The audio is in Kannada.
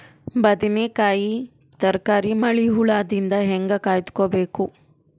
ಬದನೆಕಾಯಿ ತರಕಾರಿ ಮಳಿ ಹುಳಾದಿಂದ ಹೇಂಗ ಕಾಯ್ದುಕೊಬೇಕು?